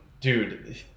dude